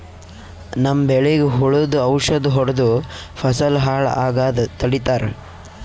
ನಮ್ಮ್ ಬೆಳಿಗ್ ಹುಳುದ್ ಔಷಧ್ ಹೊಡ್ದು ಫಸಲ್ ಹಾಳ್ ಆಗಾದ್ ತಡಿತಾರ್